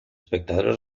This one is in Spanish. espectadores